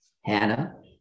hannah